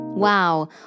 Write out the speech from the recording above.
Wow